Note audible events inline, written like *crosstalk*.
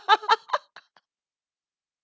*laughs*